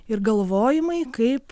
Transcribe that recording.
ir galvojimai kaip